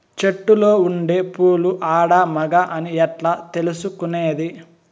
చెట్టులో ఉండే పూలు ఆడ, మగ అని ఎట్లా తెలుసుకునేది?